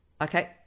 Okay